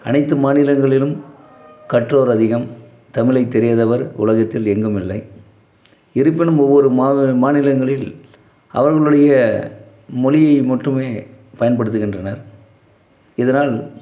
அனைத்து மாநிலங்களிலும் கற்றோர் அதிகம் தமிழை தெரியாதவர் உலகத்தில் எங்கும் இல்லை இருப்பினும் ஒவ்வொரு மாநு மாநிலங்களில் அவர்களுடைய மொழியை மட்டுமே பயன்படுத்துகின்றனர் இதனால்